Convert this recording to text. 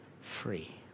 free